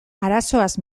arazoaz